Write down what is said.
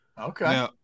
Okay